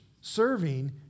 Serving